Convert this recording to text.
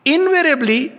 Invariably